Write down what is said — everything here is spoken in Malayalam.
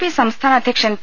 പി സംസ്ഥാന അധ്യക്ഷൻ പി